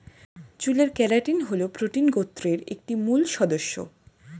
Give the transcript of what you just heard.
চুলের কেরাটিন হল প্রোটিন গোত্রের একটি মূল সদস্য